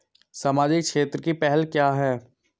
सामाजिक क्षेत्र की पहल क्या हैं?